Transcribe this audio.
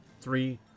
three